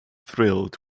thrilled